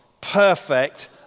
perfect